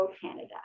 Canada